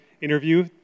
interview